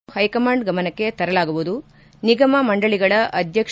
ಇದನ್ನು ಹೈಕಮಾಂಡ್ ಗಮನಕ್ಕೆ ತರಲಾಗುವುದು ನಿಗಮ ಮಂಡಳಗಳ ಅಧ್ಯಕ್ಷ